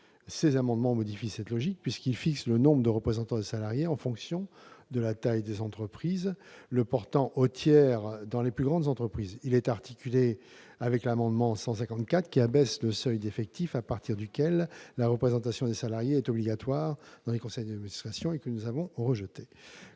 Ces amendements tendent à modifier cette logique en fixant le nombre de représentants des salariés en fonction de la taille des entreprises, le portant au tiers des conseils dans les plus grandes entreprises. Il est articulé avec l'amendement n° 154 rectifié , qui vise à abaisser le seuil d'effectifs à partir duquel la représentation des salariés est obligatoire dans les conseils d'administration et que nous avons rejeté.